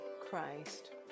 Christ